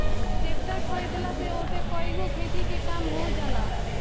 tractor खरीदला से ओसे कईगो खेती के काम हो जाला